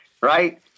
right